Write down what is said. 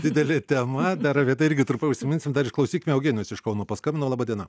didelė tema dar apie tai irgi trumpai užsiminsim dar išklausykime eugenijus iš kauno paskambino laba diena